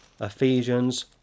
Ephesians